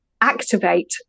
activate